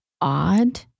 odd